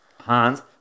Hans